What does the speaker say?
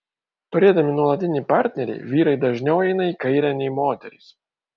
turėdami nuolatinį partnerį vyrai dažniau eina į kairę nei moterys